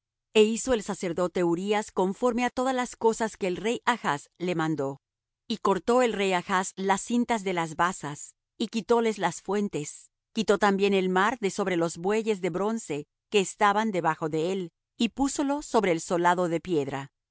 e hizo el sacerdote urías conforme á todas las cosas que el rey achz le mandó y cortó el rey achz las cintas de las basas y quitóles las fuentes quitó también el mar de sobre los bueyes de bronce que estaban debajo de él y púsolo sobre el solado de piedra